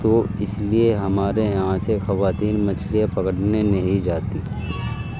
تو اس لیے ہمارے یہاں سے خواتین مچھلیاں پکڑنے نہیں جاتیں